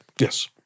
Yes